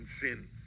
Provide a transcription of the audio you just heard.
sin